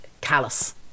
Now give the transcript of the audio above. callous